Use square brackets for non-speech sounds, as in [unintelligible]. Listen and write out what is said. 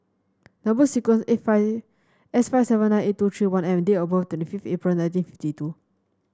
number sequence is [unintelligible] S five seven nine eight two three one M and date of birth twenty fifth April nineteen fifty two